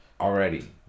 already